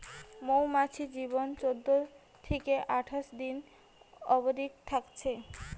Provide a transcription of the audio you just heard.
মৌমাছির জীবন চোদ্দ থিকে আঠাশ দিন অবদি থাকছে